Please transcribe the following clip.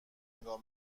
نگاه